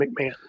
McMahon